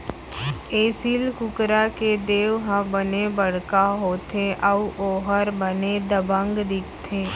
एसील कुकरा के देंव ह बने बड़का होथे अउ ओहर बने दबंग दिखथे